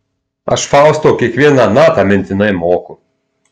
aš fausto kiekvieną natą mintinai moku